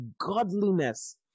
godliness